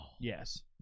Yes